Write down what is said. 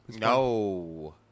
No